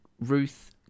Ruth